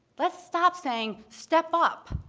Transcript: let's stop saying, step up!